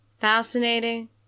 fascinating